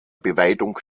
beweidung